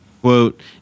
quote